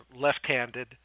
left-handed